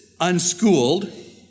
unschooled